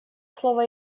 слово